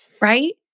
right